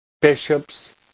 bishops